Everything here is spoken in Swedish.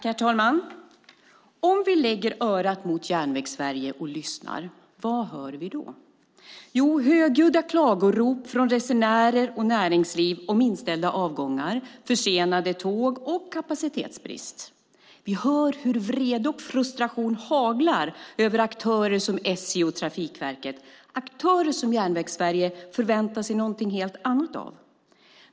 Herr talman! Om vi lägger örat mot Järnvägssverige och lyssnar - vad hör vi då? Jo, högljudda klagorop från resenärer och näringsliv om inställda avgångar, försenade tåg och kapacitetsbrist. Vi hör hur vrede och frustration haglar över aktörer som SJ och Trafikverket, aktörer som Järnvägssverige förväntar sig något helt annat av.